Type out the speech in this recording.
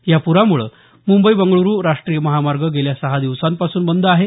या प्रामुळे मुंबई बंगळ्रू राष्ट्रीय महामार्ग गेल्या सहा दिवसांपासून बंद आहे